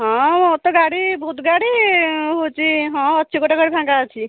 ହଁ ଆମର ତ ଗାଡ଼ି ବହୁତ୍ ଗାଡ଼ି ଆଉ ହେଉଛି ହଁ ଅଛି ଗୋଟେ ଗାଡ଼ି ଫାଙ୍କା ଅଛି